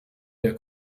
der